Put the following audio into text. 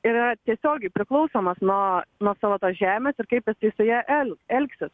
yra tiesiogiai priklausomas nuo nuo savo tos žemės ir kaip jis joje el elgsis